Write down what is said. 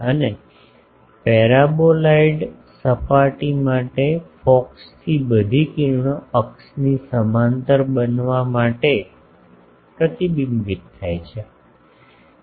અને પેરાબોલાઇડ સપાટી માટે ફોકસ થી બધી કિરણો અક્ષની સમાંતર બનવા માટે પ્રતિબિંબિત થાય છે